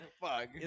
fuck